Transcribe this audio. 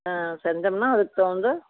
ஆ செஞ்சம்னா அதுக் தகுந்த